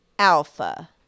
alpha